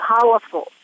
powerful